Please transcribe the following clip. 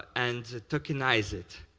and tokenize it.